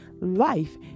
life